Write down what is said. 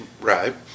Right